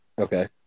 Okay